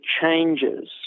changes